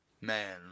man